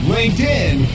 LinkedIn